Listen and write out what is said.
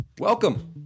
Welcome